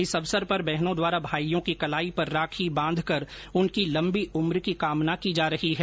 इस अवसर पर बहनों द्वारा भाइयों की कलाई पर राखी बांधकर उनकी लंबी उम्र की कामना की जा रही है